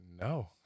no